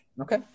Okay